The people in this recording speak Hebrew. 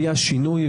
והיא השינוי,